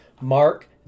mark